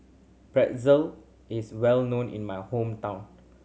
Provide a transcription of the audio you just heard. pretzel is well known in my hometown